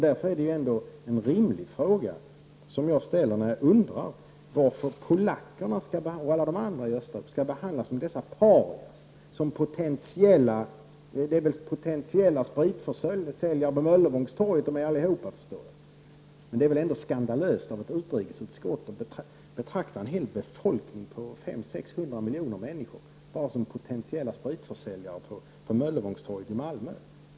Därför är det ändå en rimlig fråga som jag ställer när jag undrar varför polackerna och alla de andra i Östeuropa skall behandlas som dessa parior, som potentiella spritförsäljare på Möllevångstorget. Det är väl sådana de anses vara allihopa, förstår jag. Men det är väl ändå skandalöst om ett utrikesutskott betraktar en hel befolkning på 500 000 000—600 000 000 människor endast som potentiella spritförsäljare på Möllevångstorget i Malmö.